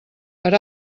per